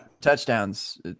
Touchdowns